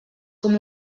com